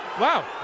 Wow